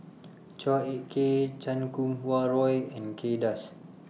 Chua Ek Kay Chan Kum Wah Roy and Kay Das